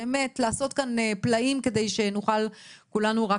באמת לעשות כאן פלאים כדי שנוכל כולנו רק